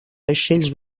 vaixells